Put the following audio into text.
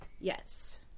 Yes